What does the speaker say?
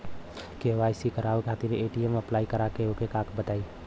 KYC करावे के बा ए.टी.एम अप्लाई करा ओके बताई?